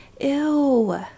Ew